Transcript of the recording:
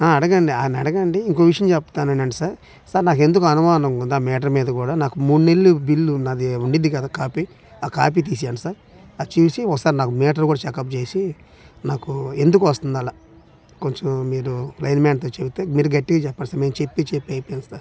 ఆ అడగండి ఆయన్ని అడగండి ఇంకో విషయం చెప్తాను ఇనండి సార్ సార్ నాకు ఎందుకు అనుమానంగా ఉంది నా మీటర్ మీద కూడా నా మూడు నెలలు బిల్లు నాది ఉండిద్ది కదా కాపీ ఆ కాపీ తీసివ్వండి సార్ అది చూసి ఒకసారి నా మీటర్ కూడా చెక్అప్ చేసి నాకు ఎందుకు వస్తుంది అలా కొంచెం మీరు లైన్మ్యాన్తో చెబితే మీరు గట్టిగా చెప్పండి సార్ మేము చెప్పి చెప్పి అయిపోయింది సార్